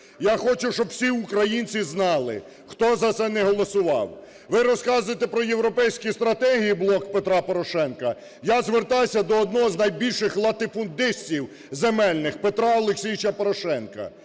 Я хочу, щоб всі українці знали, хто за це не голосував. Ви розказуєте про європейські стратегії, "Блок Петра Порошенка"? Я звертаюся до одного з найбільших латифундистів земельних – Петра Олексійовича Порошенка.